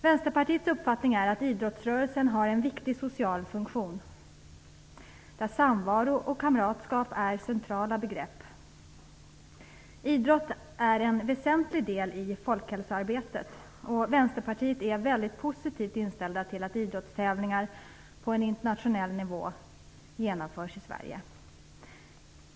Vänsterpartiets uppfattning är att idrottsrörelsen har en viktig social funktion där samvaro och kamratskap är centrala begrepp. Idrotten är en väsentlig del i folkhälsoarbetet. Vänsterpartiet är mycket positivt inställt till att idrottstävlingar på internationell nivå genomförs i Sverige.